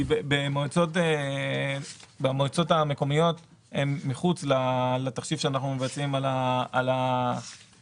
כי המועצות המקומיות הן מחוץ לתחשיב שאנחנו מבצעים על הבעיה